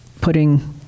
putting